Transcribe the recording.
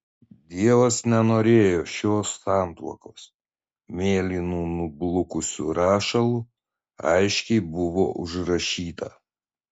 dievas nenorėjo šios santuokos mėlynu nublukusiu rašalu aiškiai buvo užrašyta